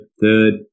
third